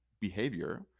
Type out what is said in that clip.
behavior